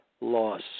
loss